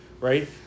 right